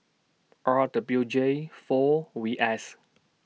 R W J four V S